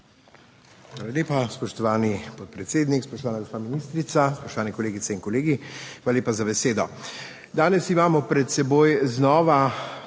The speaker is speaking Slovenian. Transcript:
Hvala lepa, spoštovani podpredsednik, spoštovana gospa ministrica, spoštovane kolegice in kolegi! Hvala lepa za besedo. Danes imamo pred seboj znova